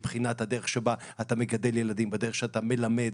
מבחינת הדרך שבה אתה מגדל ילדים והדרך שאתה מלמד,